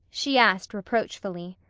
she asked reproachfully.